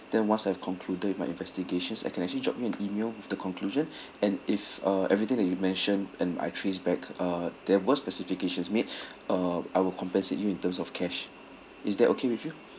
then once I've concluded my investigations I can actually drop you an email with the conclusion and if uh everything that you mentioned and I traced back uh there were specifications made uh I will compensate you in terms of cash is that okay with you